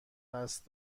قصد